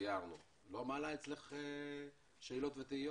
שתיארנו פה לא מעלה אצלך שאלות ותהיות?